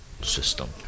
system